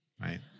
right